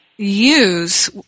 Use